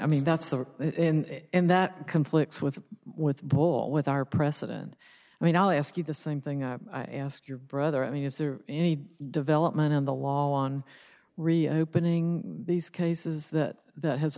i mean that's the in and that conflicts with with ball with our president i mean i'll ask you the same thing i ask your brother i mean is there any development on the law on reopening these cases that that has